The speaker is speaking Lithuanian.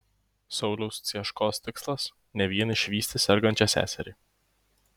sauliaus cieškos tikslas ne vien išvysti sergančią seserį